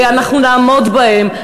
ואנחנו נעמוד בהם.